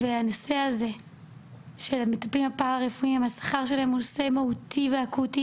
והנושא הזה של מטפלים פרא רפואיים והשכר שלהם הוא נושא מהותי ואקוטי